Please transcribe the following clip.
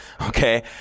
Okay